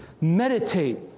meditate